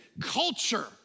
culture